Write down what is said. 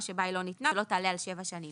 שבה היא לא ניתנה ושלא תעלה על שבע שנים.